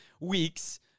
weeks